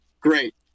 great